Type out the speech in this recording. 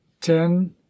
Ten